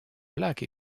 black